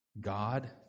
God